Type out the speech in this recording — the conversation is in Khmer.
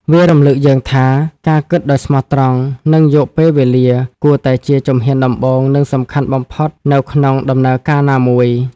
វារំលឹកយើងថា ការគិតដោយស្មោះត្រង់ និងយកពេលវេលាគួរតែជាជំហានដំបូង និងសំខាន់បំផុត នៅក្នុងដំណើរការណាមួយ។